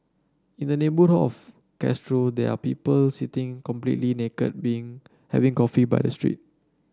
in the neighbour of Castro there are people sitting completely naked being having coffee by the street